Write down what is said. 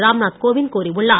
ராம்நாத் கோவிந்த் கூறியுள்ளார்